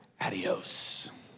Adios